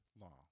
law